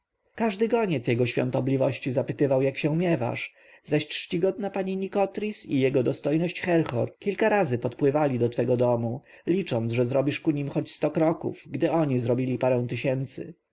każdy goniec jego świątobliwości zapytywał jak się miewasz zaś czcigodna pani nikotris i jego dostojność herhor kilka razy podpływali do twego domu licząc że zrobisz ku nim choć sto kroków gdy oni zrobili parę tysięcy